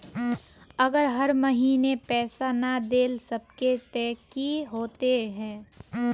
अगर हर महीने पैसा ना देल सकबे ते की होते है?